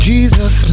Jesus